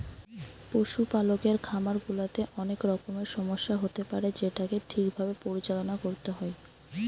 পশুপালকের খামার গুলাতে অনেক রকমের সমস্যা হতে পারে যেটোকে ঠিক ভাবে পরিচালনা করতে হয়